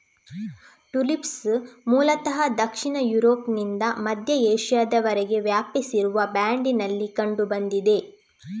tulips ಮೂಲತಃ ದಕ್ಷಿಣ ಯುರೋಪ್ನಿಂದ ಮಧ್ಯ ಏಷ್ಯಾದವರೆಗೆ ವ್ಯಾಪಿಸಿರುವ ಬ್ಯಾಂಡಿನಲ್ಲಿ ಕಂಡು ಬಂದಿದೆ